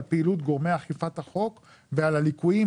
על פעילות גורמי אכיפת החוק ועל הליקויים,